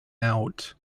out